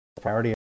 priority